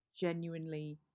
genuinely